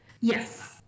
Yes